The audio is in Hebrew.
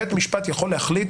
בית משפט יכול להחליט